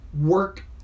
work